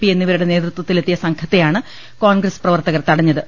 P എന്നിവരുടെ നേതൃത്വത്തിലെത്തിയ സംഘ ത്തെയാണ് കോൺഗ്രസ് പ്രവർത്തകർ തടഞ്ഞത്